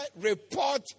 report